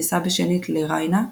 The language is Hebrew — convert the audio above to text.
נישא בשנית לריינה,